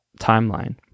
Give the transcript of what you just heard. timeline